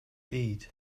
eat